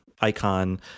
icon